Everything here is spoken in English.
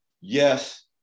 yes